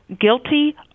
guilty